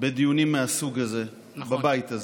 בדיונים מהסוג הזה בבית הזה.